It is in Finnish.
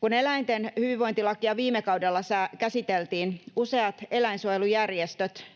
Kun eläinten hyvinvointilakia viime kaudella käsiteltiin, useat eläinsuojelujärjestöt